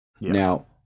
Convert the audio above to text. now